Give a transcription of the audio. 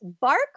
Bark